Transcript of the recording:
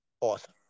awesome